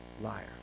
Liar